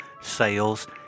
sales